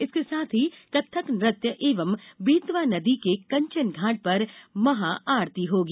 इसके साथ ही कत्थक नृत्य एवं बेतवा नदी के कंचन घाट पर महाआरती होगी